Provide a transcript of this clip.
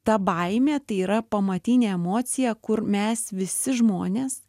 ta baimė tai yra pamatinė emocija kur mes visi žmonės